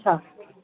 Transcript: हा